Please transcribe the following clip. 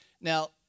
Now